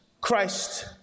christ